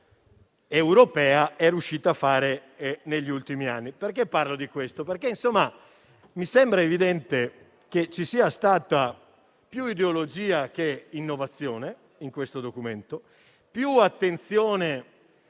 europea è riuscita a fare negli ultimi anni. Parlo di questo perché mi sembra evidente che ci sia stata più ideologia che innovazione nel documento al nostro